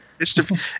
Mr